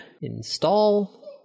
Install